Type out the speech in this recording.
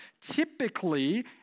typically